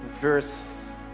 verse